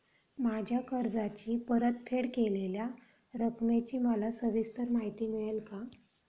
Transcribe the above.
माझ्या कर्जाची परतफेड केलेल्या रकमेची मला सविस्तर माहिती मिळेल का?